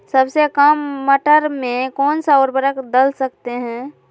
सबसे काम मटर में कौन सा ऊर्वरक दल सकते हैं?